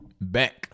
back